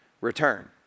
return